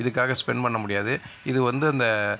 இதுக்காக ஸ்பென்ட் பண்ண முடியாது இது வந்து அந்த